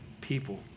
people